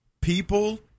people